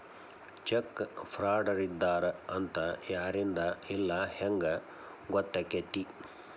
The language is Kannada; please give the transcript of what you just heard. ಚೆಕ್ ಫ್ರಾಡರಿದ್ದಾರ ಅಂತ ಯಾರಿಂದಾ ಇಲ್ಲಾ ಹೆಂಗ್ ಗೊತ್ತಕ್ಕೇತಿ?